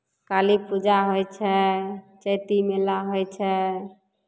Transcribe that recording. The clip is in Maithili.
काली पूजा होइ छै चैती मेला होइ छै